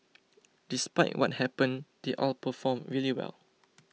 despite what happened they all performed really well